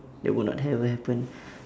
it will not ever happen